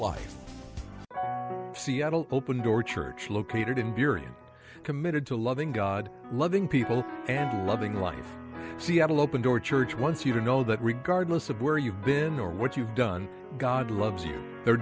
life seattle open door church located in during committed to loving god loving people and loving life she had an open door church once you to know that regardless of where you've been or what you've done god loves you the